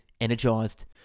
energized